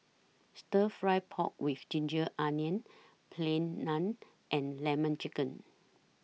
Stir Fry Pork with Ginger Onions Plain Naan and Lemon Chicken